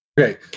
Okay